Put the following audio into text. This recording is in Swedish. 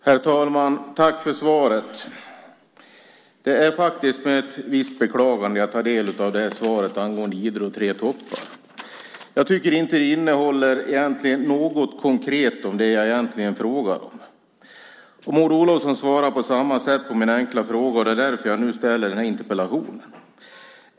Herr talman! Tack för svaret, näringsministern! Det är faktiskt med visst beklagande jag tar del av det här svaret angående Idre och Tre toppar. Jag tycker inte att det egentligen innehåller något konkret om det jag faktiskt frågar om. Maud Olofsson svarade på samma sätt på min skriftliga fråga, och det är därför jag nu ställde den här interpellationen.